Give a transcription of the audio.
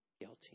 guilty